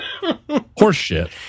horseshit